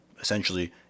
Essentially